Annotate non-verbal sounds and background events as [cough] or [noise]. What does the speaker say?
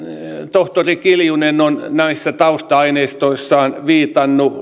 tohtori kiljunen on näissä tausta aineistoissaan viitannut [unintelligible]